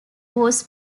was